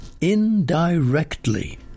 indirectly